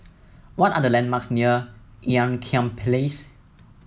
what are the landmarks near Ean Kiam Place